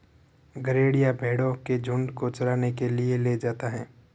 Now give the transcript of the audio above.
गरेड़िया भेंड़ों के झुण्ड को चराने के लिए ले जाता है